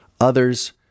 others